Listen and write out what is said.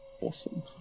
Awesome